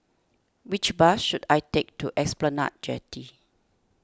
which bus should I take to Esplanade Jetty